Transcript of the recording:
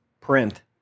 print